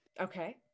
Okay